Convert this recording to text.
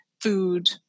food